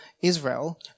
Israel